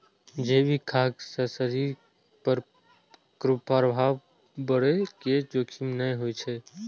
जैविक खाद्य सं शरीर पर कुप्रभाव पड़ै के जोखिम नै होइ छै